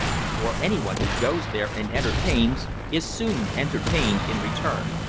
for anyone who goes there and entertains is soon entertained in return.